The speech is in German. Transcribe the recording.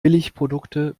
billigprodukte